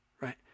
right